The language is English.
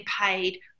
paid